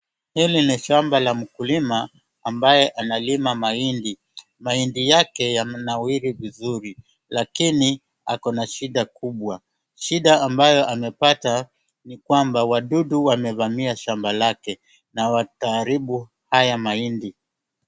Hili ni a la mkulima ambaye analima mahindi. Mahindi yake yananawiri vizuri lakini akona shida kubwa. Shida ambayo amepata ni kwamba wadudu wamevamia shamba lake na wataharibu haya mahindi. shamb